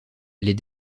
les